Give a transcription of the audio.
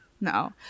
no